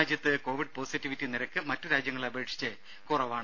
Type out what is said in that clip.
രാജ്യത്ത് Covid positivity നിരക്ക് മറ്റ് രാജ്യങ്ങളെ അപേക്ഷിച്ച് കുറവാണ്